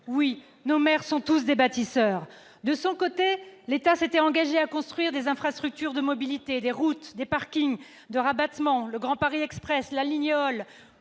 Oui, nos maires sont tous des bâtisseurs ! De son côté, l'État s'était engagé à construire des infrastructures de mobilité : des routes, des parkings de rabattement, le Grand Paris Express, la ligne